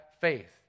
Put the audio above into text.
faith